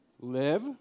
live